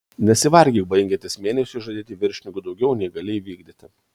nesivargink baigiantis mėnesiui žadėti viršininkui daugiau nei gali įvykdyti